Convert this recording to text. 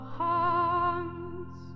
hands